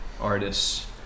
artists